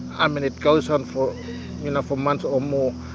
i mean, it goes on for you know for months or more.